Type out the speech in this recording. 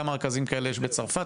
כמה רכזים כאלה יש בצרפת?